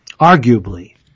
Arguably